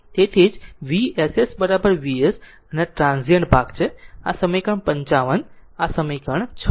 તેથી તેથી જ Vss Vs અને આ ટ્રાન્ઝીયન્ટ ભાગ છે આ સમીકરણ 55 આ સમીકરણ 56 છે